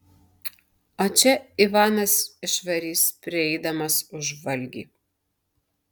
o čia ivanas išvarys prieidamas už valgį